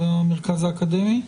במרכז האקדמי?